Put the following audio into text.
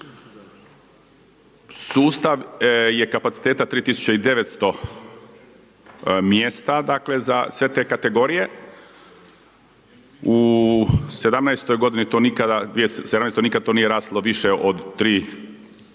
Sustav je kapaciteta 3900 mjesta dakle za sve te kategorije, u 2017. godini to nikada nije raslo više od 3200 do